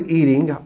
eating